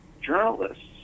Journalists